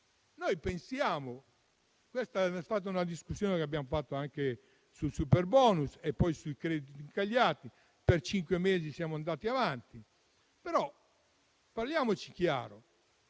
sviluppo economico. È una discussione che abbiamo fatto anche sul superbonus e poi sui crediti incagliati; per cinque mesi siamo andati avanti, ma parliamoci chiaro: